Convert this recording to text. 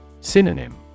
Synonym